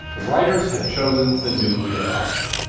the writers had chosen the nuclear option